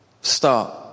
Start